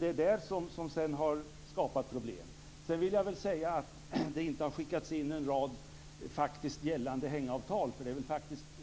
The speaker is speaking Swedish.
Det är det som sedan har skapat problem. Det har inte skickats in en rad faktiskt gällande hängavtal.